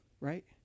right